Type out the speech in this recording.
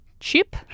chip